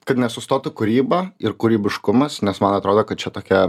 kad nesustotų kūryba ir kūrybiškumas nes man atrodo kad čia tokia